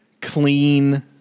clean